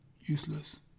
useless